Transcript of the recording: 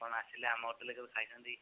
ଆପଣ ଆସିଲେ ଆମ ହୋଟେଲ୍ରେ କେବେ ଖାଇଛନ୍ତି